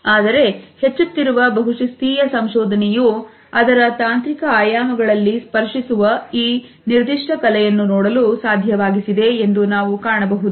ಆದರೆ ಹೆಚ್ಚುತ್ತಿರುವ ಬಹುಶಿಸ್ತೀಯ ಸಂಶೋಧನೆಯು ಅದರ ತಾಂತ್ರಿಕ ಆಯಾಮಗಳಲ್ಲಿ ಸ್ಪರ್ಶಿಸುವ ಈ ನಿರ್ದಿಷ್ಟ ಕಲೆಯನ್ನು ನೋಡಲು ಸಾಧ್ಯವಾಗಿಸಿದೆ ಎಂದು ನಾವು ಕಾಣಬಹುದು